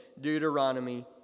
Deuteronomy